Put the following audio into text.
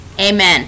amen